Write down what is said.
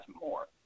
more